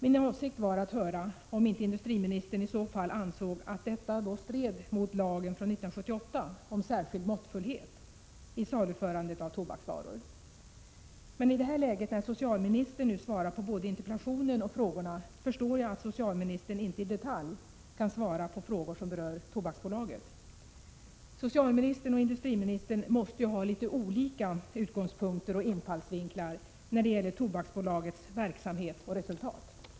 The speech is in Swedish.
Min avsikt var att höra om inte industriministern i så fall ansåg att detta då stred mot lagen från 1978 om ”särskild måttfullhet” i saluförandet av tobaksvaror. Men i det här läget, när socialministern nu svarar på både interpellationen och frågorna, förstår jag att socialministern inte i detalj kan svara på frågor som berör Tobaksbolaget. Socialministern och industriministern måste ju ha litet olika utgångspunkter och infallsvinklar när det gäller Tobaksbolagets verksamhet och resultat.